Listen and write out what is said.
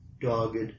dogged